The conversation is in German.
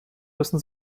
müssen